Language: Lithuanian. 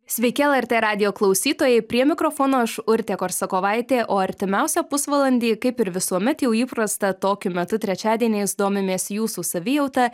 sveiki lrt radijo klausytojai prie mikrofono aš urtė korsakovaitė o artimiausią pusvalandį kaip ir visuomet jau įprasta tokiu metu trečiadieniais domimės jūsų savijauta